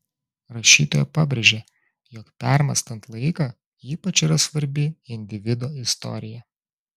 rašytoja pabrėžia jog permąstant laiką ypač yra svarbi individo istorija